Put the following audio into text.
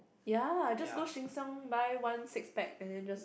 ya just go Sheng-Siong buy one six pack and then just